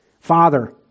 Father